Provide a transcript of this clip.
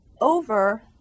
over